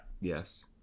Yes